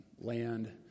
land